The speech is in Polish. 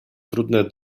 trudne